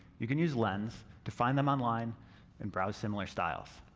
you can use lens to find them online and browse similar styles.